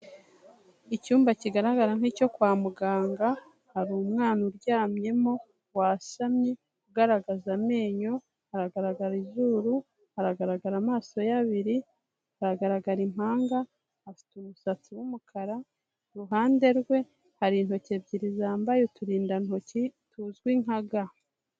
Icyumba kigaragara nk'icyo kwa muganga, hari umwana uryamyemo wasamye, ugaragaza amenyo, haragaragaza izuru, haragaragara amaso ye abiri, hagaragara impanga, afite umusatsi w'umukara, iruhande rwe hari intoki ebyiri zambaye uturindantoki tuzwi nka ga.